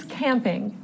camping